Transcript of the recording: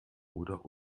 oder